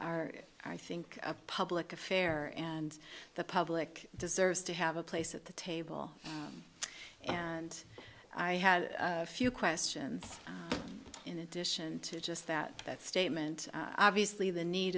are i think a public affair and the public deserves to have a place at the table and i had a few questions in addition to just that that statement obviously